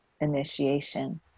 initiation